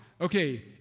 Okay